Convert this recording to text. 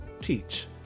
teach